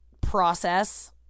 process